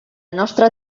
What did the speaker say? nostra